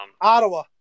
Ottawa